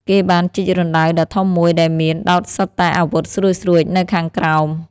គេបានជីករណ្ដៅដ៏ធំមួយដែលមានដោតសុទ្ធតែអាវុធស្រួចៗនៅខាងក្រោម។